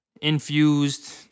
infused